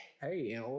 hey